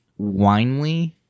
Winley